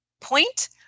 point